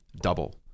double